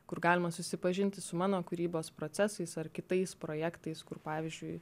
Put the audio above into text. kur galima susipažinti su mano kūrybos procesais ar kitais projektais kur pavyzdžiui